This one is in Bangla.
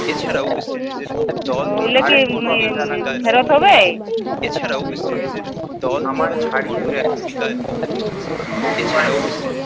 ওগুলো কি ওই ফেরত হবে